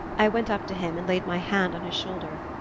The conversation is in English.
i went up to him and laid my hand on his shoulder.